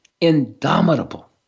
indomitable